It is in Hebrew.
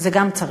זה גם צריך.